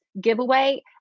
giveaway